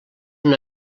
una